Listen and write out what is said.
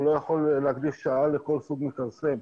לא יכול להקדיש שעה לכל סוג מכרסם.